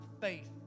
faith